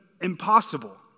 impossible